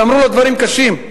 ואמרו לו דברים קשים,